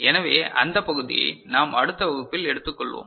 எனவே அந்த பகுதியை நாம் அடுத்த வகுப்பில் எடுத்துக்கொள்வோம்